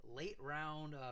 late-round